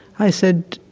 i said,